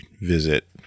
visit